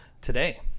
today